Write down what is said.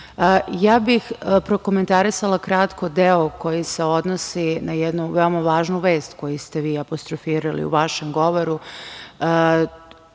okružuju. Prokomentarisala bih kratko deo koji se odnosni na jednu važnu vest koju ste vi apostrofirali u vašem govoru,